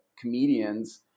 comedians